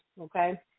okay